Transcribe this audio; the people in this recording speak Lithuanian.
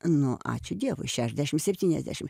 nu ačiū dievui šešiasdešimt septyniasdešimt